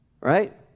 Right